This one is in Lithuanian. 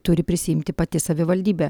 turi prisiimti pati savivaldybė